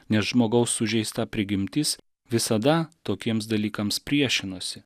nes žmogaus sužeista prigimtis visada tokiems dalykams priešinosi